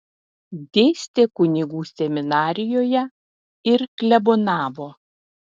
dėstė kunigų seminarijoje ir klebonavo